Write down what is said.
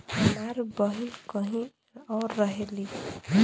हमार बहिन कहीं और रहेली